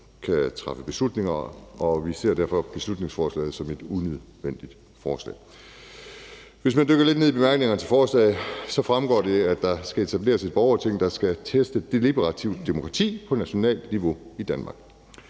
kan træffe beslutninger, og vi ser derfor beslutningsforslaget som et unødvendigt forslag. Hvis man dykker lidt ned i bemærkningerne til forslaget, så fremgår det, at der skal etableres et borgerting, der skal teste deliberativt demokrati på nationalt niveau i Danmark.